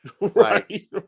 Right